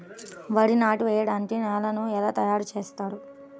వరి నాట్లు వేయటానికి నేలను ఎలా తయారు చేస్తారు?